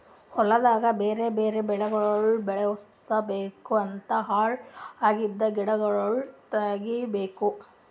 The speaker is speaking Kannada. ಹೊಲ್ದಾಗ್ ಬ್ಯಾರೆ ಬ್ಯಾರೆ ಬೆಳಿಗೊಳ್ ಬೆಳುಸ್ ಬೇಕೂ ಮತ್ತ ಹಾಳ್ ಅಗಿದ್ ಗಿಡಗೊಳ್ ತೆಗಿಬೇಕು